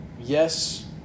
yes